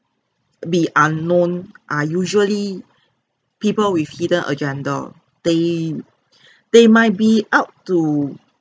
be unknown are usually people with hidden agenda they they might be out to